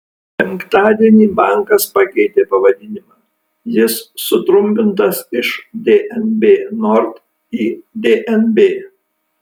penktadienį bankas pakeitė pavadinimą jis sutrumpintas iš dnb nord į dnb